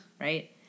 right